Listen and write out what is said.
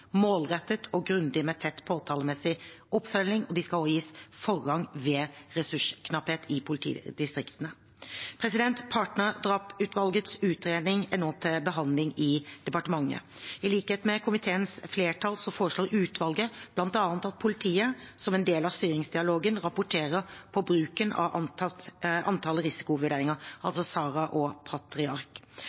målrettet og grundig med tett påtalemessig oppfølging, og de skal også gis forrang ved ressursknapphet i politidistriktene. Partnerdrapsutvalgets utredning er nå til behandling i departementet. I likhet med komiteens flertall foreslår utvalget bl.a. at politiet som en del av styringsdialogen rapporterer på bruken av antall risikovurderinger, altså SARA og PATRIARK.